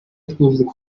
ntibirarangira